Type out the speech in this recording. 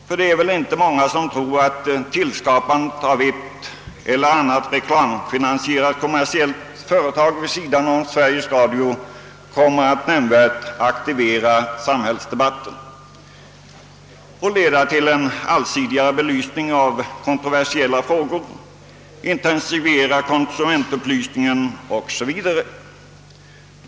Ty det är väl inte många som tror att skapandet av ett eller annat reklamfinansierat kommersiellt TV-företag vid sidan om Sveriges Radio kommer att nämnvärt aktivera samhällsdebatten, leda till en allsidigare belysning av kontroversiella frågor, intensifiera konsumentupplysningen 0. s. v.